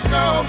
no